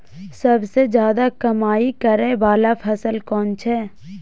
सबसे ज्यादा कमाई करै वाला फसल कोन छै?